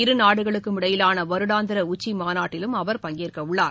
இரு நாடுகளுக்கும் இடையேயான வருடாந்திர உச்சிமாநாட்டிலும் அவர் பங்கேற்கவுள்ளார்